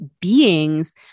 beings